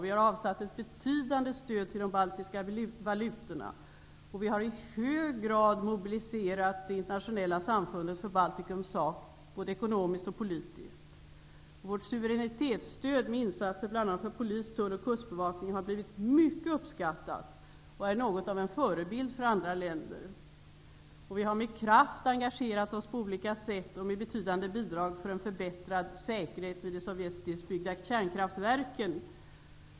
Vi har avsatt ett betydande stöd till de baltiska valutorna. Vi har i hög grad mobiliserat det internationella samfundet för Baltikums sak både ekonomiskt och politiskt. Vårt suveränitetsstöd med insatser bl.a. för polis, tull och kustbevakning har blivit mycket uppskattat och något av en förebild för andra länder. Vi har med kraft engagerat oss på olika sätt och med betydande bidrag för en förbättrad säkerhet vid de sovjetbyggda kärnkraftverken.